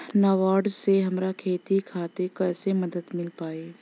नाबार्ड से हमरा खेती खातिर कैसे मदद मिल पायी?